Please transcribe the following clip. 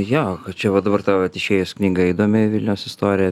jo kad čia va dabar ta vat išėjus knyga įdomi vilniaus istorija